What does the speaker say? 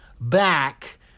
back